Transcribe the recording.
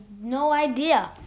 no-idea